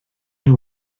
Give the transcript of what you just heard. nhw